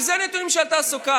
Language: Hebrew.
כי אלה הנתונים של התעסוקה.